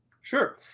Sure